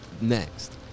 next